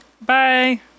bye